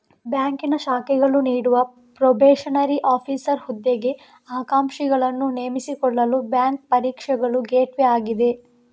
ಬ್ಯಾಂಕಿನ ಶಾಖೆಗಳು ನೀಡುವ ಪ್ರೊಬೇಷನರಿ ಆಫೀಸರ್ ಹುದ್ದೆಗೆ ಆಕಾಂಕ್ಷಿಗಳನ್ನು ನೇಮಿಸಿಕೊಳ್ಳಲು ಬ್ಯಾಂಕು ಪರೀಕ್ಷೆಗಳು ಗೇಟ್ವೇ ಆಗಿದೆ